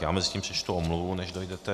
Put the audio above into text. Já mezitím přečtu omluvu, než dojdete.